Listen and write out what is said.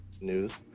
news